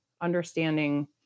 understanding